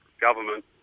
government